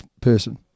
person